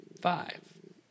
five